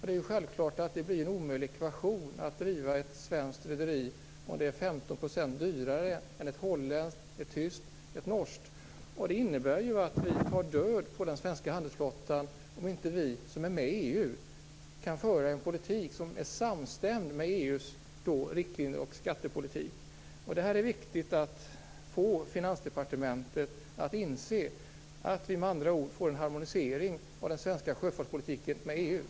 Det är självklart att det blir en omöjlig ekvation att driva ett svenskt rederi när det är 50 % dyrare än för ett holländskt, tyskt eller norskt rederi. Det innebär att vi tar död på den svenska handelsflottan om inte vi, som är med i EU, kan föra en politik som är samstämd med EU:s riktlinjer och skattepolitik. Det är viktigt att få Finansdepartementet att inse detta, dvs. en harmonisering av den svenska sjöfartspolitiken med EU.